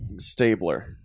Stabler